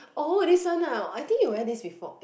oh this one ah I think you wear this before